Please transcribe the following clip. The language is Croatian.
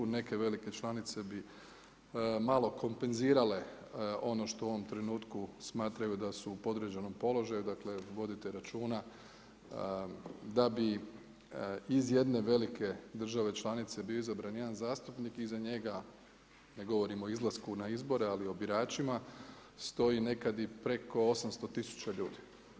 Neke velike članice bi malo kompenzirale ono što u ovom trenutku smatraju da su u podređenom položaju, dakle vodite računa da bi iz jedne velike države članice bio izabran jedan zastupnik, iza njega ne govorimo o izlasku na izbore, ali o biračima stoji nekad i preko 800 tisuća ljudi.